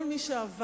כל מי שעבר